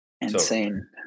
Insane